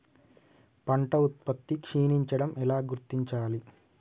పంట ఉత్పత్తి క్షీణించడం ఎలా గుర్తించాలి?